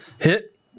Hit